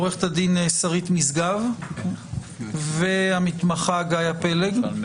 עורכת הדין שרית משגב והמתמחה גאיה פלג.